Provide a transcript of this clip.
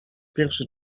pierwszy